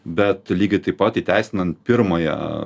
bet lygiai taip pat įteisinant pirmąją